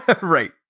Right